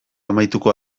amaituko